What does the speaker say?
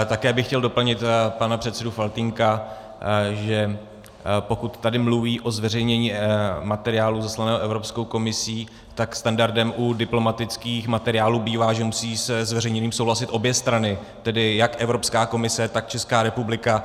Také bych chtěl doplnit pana předsedu Faltýnka, že pokud tady mluví o zveřejnění materiálu zaslaného Evropskou komisí, tak standardem u diplomatických materiálů bývá, že musí se zveřejněním souhlasit obě strany, tedy jako Evropská komise, tak Česká republika.